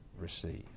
receive